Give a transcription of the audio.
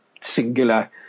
singular